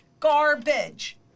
garbage